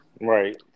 Right